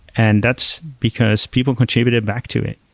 and that's because people contributed back to it.